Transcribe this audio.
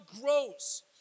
grows